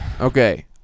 okay